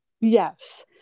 Yes